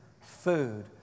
food